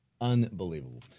Unbelievable